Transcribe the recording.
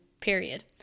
period